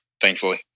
thankfully